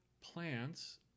plants